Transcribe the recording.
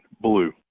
blue